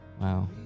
Wow